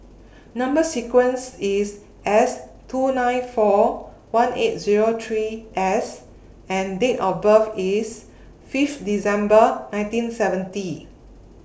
Number sequence IS S two nine four one eight Zero three S and Date of birth IS Fifth December nineteen seventy